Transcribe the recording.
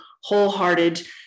wholehearted